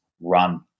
run